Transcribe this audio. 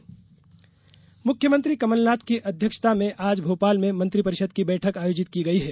मंत्रिपरिषद बैठक मुख्यमंत्री कमलनाथ की अध्यक्षता में आज भोपाल में मंत्रिपरिषद की बैठक आयोजित की गई है